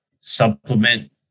supplement